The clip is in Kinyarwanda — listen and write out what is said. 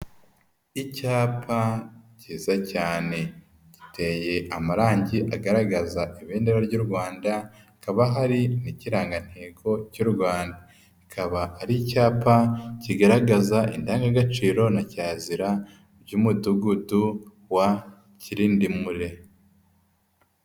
Icyapa kiza cyane, giteye amarangi agaragaza ibendera ry'u Rwanda, hakaba hari n'ikirangantego cy'u Rwanda, akaba ari icyapa kigaragaza indangagaciro na kirazira by'umudugudu wa Kirindimure.